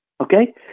Okay